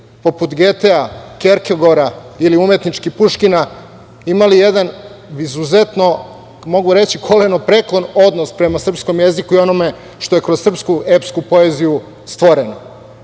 poput Getea, Kjerkegora, ili Puškina, imali jedan izuzetno, mogu reći, kolenopreklon odnos prema srpskom jeziku i onome što je kroz srpsku epsku poeziju stvoreno. Dakle,